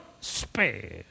spare